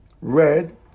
red